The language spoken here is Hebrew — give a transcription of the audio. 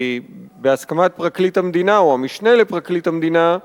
בהסכמת פרקליט המדינה או המשנה לפרקליט המדינה,